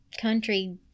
country